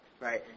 right